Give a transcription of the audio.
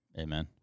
Amen